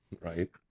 right